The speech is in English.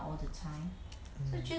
mm